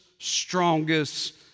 strongest